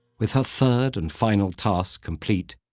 with her third and final task complete,